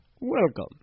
Welcome